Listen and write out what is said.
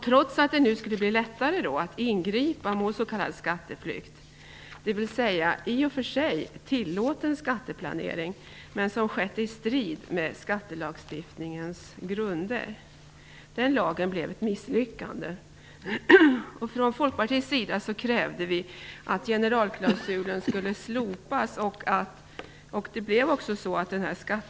Trots att det nu skulle bli lättare att ingripa mot s.k. skatteflykt, dvs. i och för sig tillåten skatteplanering som skett i strid mot skattelagstiftningens grunder, blev lagen ett misslyckande. Från Folkpartiets sida krävde vi att generalklausulen skulle slopas.